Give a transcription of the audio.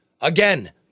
Again